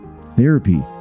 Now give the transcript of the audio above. Therapy